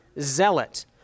zealot